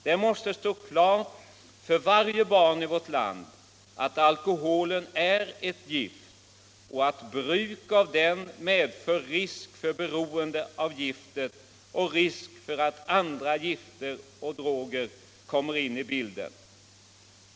Det måste stå klart för varje barn i vårt land att alkoholen är ett gift och att bruk av den medför risk för beroende av giftet och risk för att andra gifter och droger kommer in i bilden.